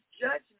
judgment